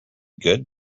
good